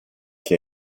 che